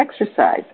exercise